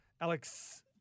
Alex